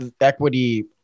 equity